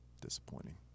disappointing